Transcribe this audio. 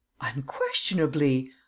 Unquestionably